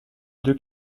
deux